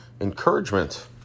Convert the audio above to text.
encouragement